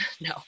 No